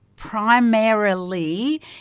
primarily